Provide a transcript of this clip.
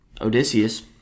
Odysseus